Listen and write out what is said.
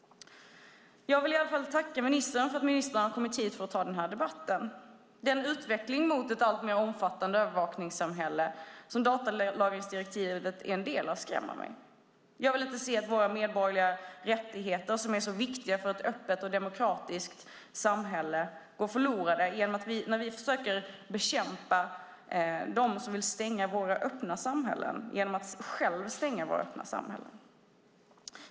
Jag vill tacka ministern för att hon kom hit och tog debatten. Den utveckling mot ett alltmer omfattande övervakningssamhälle som datalagringsdirektivet är en del av skrämmer mig. Jag vill inte se att våra medborgerliga rättigheter som är så viktiga för ett öppet och demokratiskt samhälle går förlorade genom att vi när vi försöker bekämpa dem som vill stänga våra öppna samhällen själva stänger våra öppna samhällen.